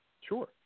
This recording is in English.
Sure